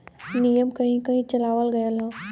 नियम कहीं कही चलावल गएल हौ